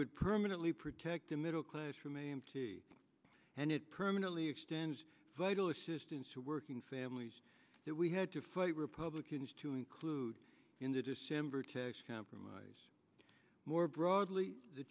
would permanently protect the middle class and it permanently extends vital assistance to working families that we had to fight republicans to include in the december tax compromise more broadly the